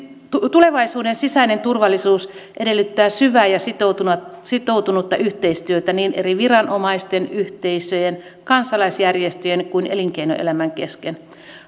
tulevaisuuden sisäinen turvallisuus edellyttää syvää ja sitoutunutta yhteistyötä niin eri viranomaisten yhteisöjen kansalaisjärjestöjen kuin elinkeinoelämän kesken